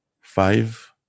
Five